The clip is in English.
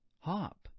hop